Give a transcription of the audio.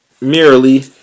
merely